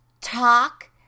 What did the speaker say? Talk